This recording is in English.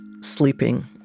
sleeping